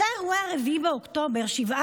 אחרי אירוע 7 באוקטובר